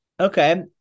Okay